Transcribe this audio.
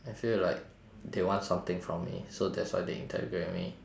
I feel like they want something from me so that's why they interrogate me